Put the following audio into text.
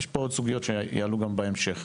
ויש פה עוד סוגיות שיעלו בהמשך.